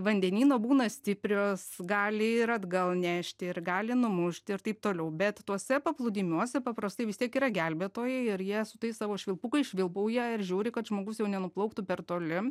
vandenyno būna stiprios gali ir atgal nešti ir gali numušt ir taip toliau bet tuose paplūdimiuose paprastai vis tiek yra gelbėtojai ir jie su tais savo švilpukais švilpauja ir žiūri kad žmogus jau nenuplauktų per toli